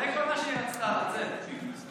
זה כל מה שהיא רצתה, לצאת.